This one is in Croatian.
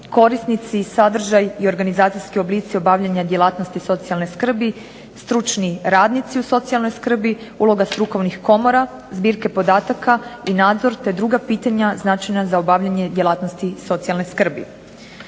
korisnici, sadržaj i organizacijski oblici obavljanja djelatnosti socijalne skrbi, stručni radnici u socijalnoj skrbi, uloga strukovnih komora, zbirke podataka i nadzor te druga pitanja značajna za obavljanje djelatnosti socijalne skrbi.